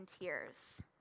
tears